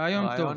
רעיון טוב.